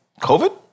COVID